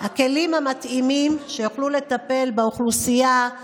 הכלים המתאימים כדי שיוכלו לטפל באוכלוסייה.